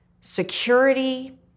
security